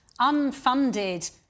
unfunded